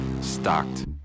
stocked